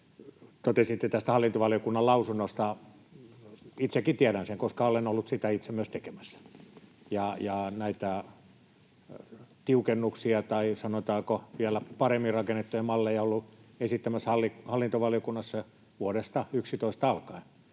Totesitte tästä hallintovaliokunnan lausunnosta. Itsekin tiedän sen, koska olen ollut sitä itse myös tekemässä. Näitä tiukennuksia tai, sanotaanko, vielä paremmin rakennettuja malleja olen ollut esittämässä hallintovaliokunnassa vuodesta 11 alkaen